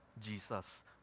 Jesus